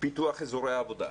פיתוח אזורי עבודה,